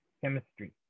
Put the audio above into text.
chemistry